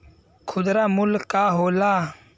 खुदरा मूल्य का होला?